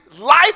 life